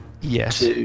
yes